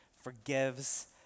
Forgives